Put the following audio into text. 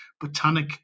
botanic